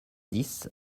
dix